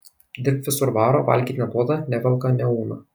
dirbt visur varo valgyt neduoda nevelka neauna